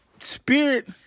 Spirit